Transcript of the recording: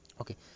Okay